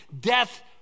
Death